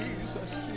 Jesus